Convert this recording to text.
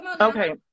Okay